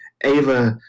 Ava